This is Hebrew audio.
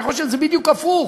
אני חושב שזה בדיוק הפוך.